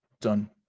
done